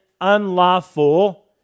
unlawful